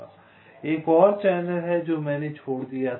एक और चैनल है जो मैंने छोड़ दिया था